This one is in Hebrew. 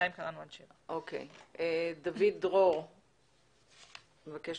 דוד דרור מבקש